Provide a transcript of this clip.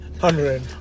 hundred